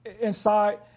inside